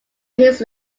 his